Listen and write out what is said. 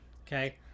okay